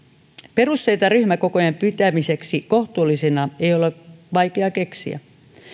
perusteita ryhmäkokojen pitämiseksi kohtuullisina ei ole vaikea keksiä